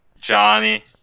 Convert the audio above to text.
Johnny